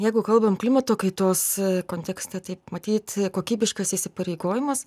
jeigu kalbam klimato kaitos kontekste tai matyt kokybiškas įsipareigojimas